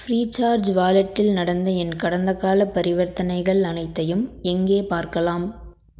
Freecharge வாலெட்டில் நடந்த என் கடந்தகாலப் பரிவர்த்தனைகள் அனைத்தையும் எங்கே பார்க்கலாம்